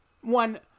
One